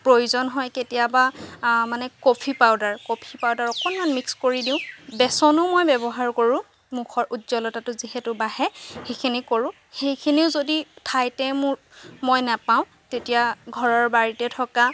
প্ৰয়োজন হয় কেতিয়াবা মানে কফি পাউদাৰ কফি পাউদাৰ অকণমান মিক্স কৰি দিওঁ বেচনো মই ব্য়ৱহাৰ কৰোঁ মুখৰ উজ্জ্বলতাটো যিহেতু বাঢ়ে সেইখিনি কৰোঁ সেইখিনিও যদি ঠাইতে মোৰ মই নাপাওঁ তেতিয়া ঘৰৰ বাৰীতে থকা